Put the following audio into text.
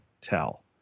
tell